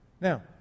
Now